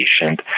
patient